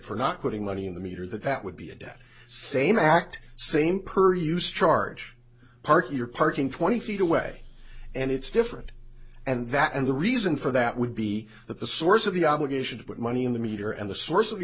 for not putting money in the meter that that would be a that same act same curry used charge party or parking twenty feet away and it's different and that and the reason for that would be that the source of the obligation to put money in the meter and the source of the